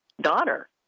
daughter